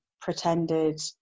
pretended